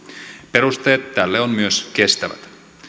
perusteet tälle ovat myös kestävät